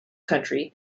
country